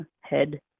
head